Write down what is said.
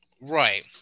Right